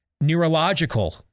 Neurological